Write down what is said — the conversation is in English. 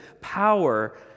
power